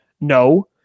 no